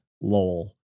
lol